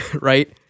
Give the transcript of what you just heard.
right